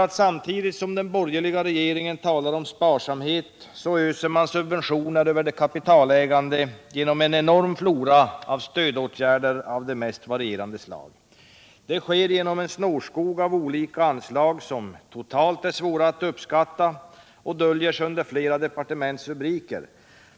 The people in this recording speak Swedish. Ty samtidigt som den borgerliga regeringen talar om sparsamhet öser man subventioner över de kapitalägande genom en enorm flora av stödåtgärder av de mest varierande slag. Det sker genom en snårskog av olika anslag, som totalt är svåra att uppskatta och döljer sig under flera departements rubriker.